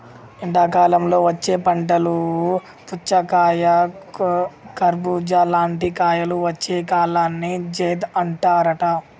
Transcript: ఎండాకాలంలో వచ్చే పంటలు పుచ్చకాయ కర్బుజా లాంటి కాయలు వచ్చే కాలాన్ని జైద్ అంటారట